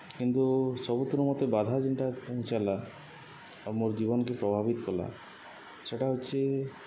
କିନ୍ତୁ ସବୁଥିରୁ ମତେ ବାଧା ଜେନ୍ଟା ପହଞ୍ଚଲା ଆଉ ମୋର୍ ଜୀବନ୍କେ ପ୍ରଭାବିତ୍ କଲା ସେଟା ହଉଛେ